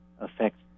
affects